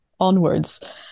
onwards